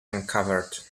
uncovered